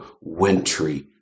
wintry